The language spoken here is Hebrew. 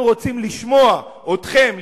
אנחנו רוצים לשמוע אתכם,